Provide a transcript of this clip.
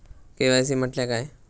KYC म्हटल्या काय?